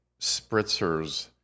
spritzers